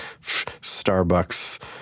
Starbucks